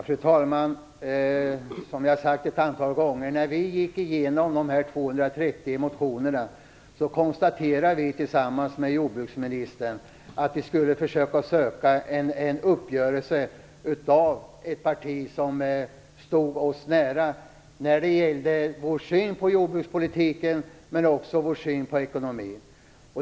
Fru talman! Som jag har sagt ett antal gånger konstaterade vi när vi gick igenom de 230 motionerna tillsammans med jordbruksministern att vi skulle försöka söka en uppgörelse med ett parti som stod oss nära i vår syn på jordbrukspolitiken men också i vår syn på ekonomin.